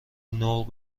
نقل